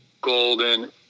golden